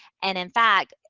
and, in fact,